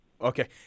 Okay